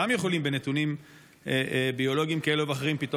שבנתונים ביולוגיים כאלה ואחרים גם